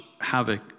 havoc